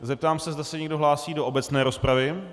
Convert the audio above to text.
Zeptám se, zda se někdo hlásí do obecné rozpravy.